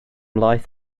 laeth